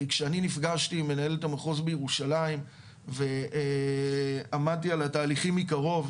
כי כשאני נפגשתי עם מנהלת המחוז בירושלים ועמדתי על התהליכים מקרוב,